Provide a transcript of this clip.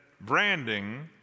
branding